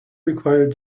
required